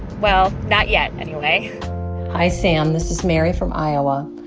well, not yet anyway hi, sam. this is mary from iowa.